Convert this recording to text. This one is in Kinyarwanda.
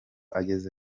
ageze